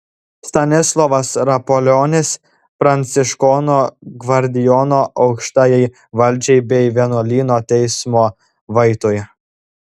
stanislovas rapolionis pranciškonų gvardijono aukštajai valdžiai bei vienuolyno teismo vaitui